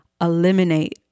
eliminate